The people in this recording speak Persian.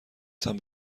تان